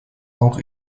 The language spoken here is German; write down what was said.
auch